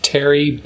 Terry